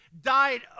died